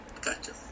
Gotcha